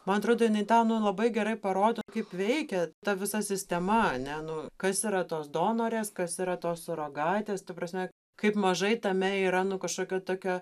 man atrodo jinai tą nu labai gerai parodo kaip veikia ta visa sistema ane nu kas yra tos donorės kas yra tos surogatės ta prasme kaip mažai tame yra nu kažkokio tokio